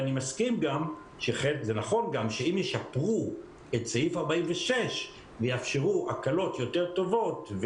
וזה נכון גם שאם ישפרו את סעיף 46 ויאפשרו הקלות יותר טובות,